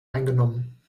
eingenommen